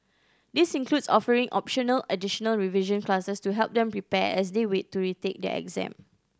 this includes offering optional additional revision classes to help them prepare as they wait to retake their exam